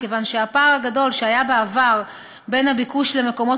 מכיוון שהפער הגדול שהיה בעבר בין הביקוש למקומות